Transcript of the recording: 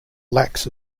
lacks